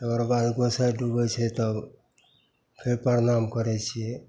तकरबाद गोसाइँ डुबै छै तब फेर परनाम करै छिए